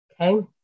Okay